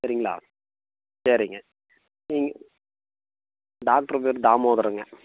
சரிங்களா சரிங்க நீங்கள் டாக்டரு பேர் தாமோதரன்ங்க